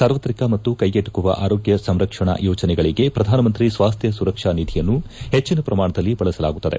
ಸಾರ್ವತ್ರಿಕ ಮತ್ತು ಕೈಗೆಟಕುವ ಆರೋಗ್ಕ ಸಂರಕ್ಷಣಾ ಯೋಜನೆಗಳಿಗೆ ಪ್ರಧಾನಮಂತ್ರಿ ಸ್ವಾಸ್ಟ್ಯ ಸುರಕ್ಷ ನಿಧಿಯನ್ನು ಪೆಚ್ಚಿನ ಪ್ರಮಾಣದಲ್ಲಿ ಬಳಸಲಾಗುತ್ತದೆ